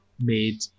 made